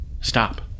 Stop